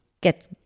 get